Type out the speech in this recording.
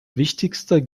wichtigster